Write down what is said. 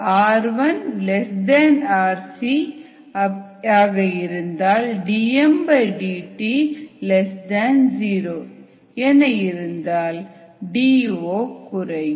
rirc dmdt 0 என இருந்தால் D O குறையும்